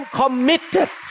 committed